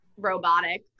robotic